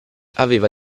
aveva